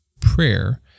prayer